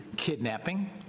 kidnapping